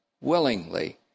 willingly